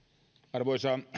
arvoisa